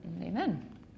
Amen